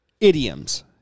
Idioms